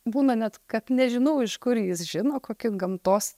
būna net kad nežinau iš kur jis žino kokie gamtos